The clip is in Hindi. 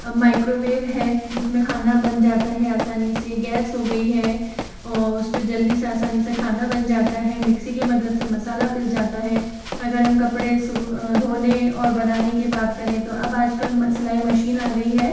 अब माइक्रोवेव है जिसमें खाना बन जाता है आसानी से गैस हो गई है और उस पर जल्दी से आसानी से खाना बन जाता है मिक्सी की मदद से मसाला पीस जाता है अगर हम कपड़े सु धोने और बनाने की बात करें तो अब आजकल म सिलाई मशीन आ गई है